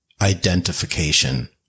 identification